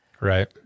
right